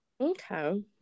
Okay